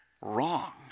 wrong